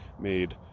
made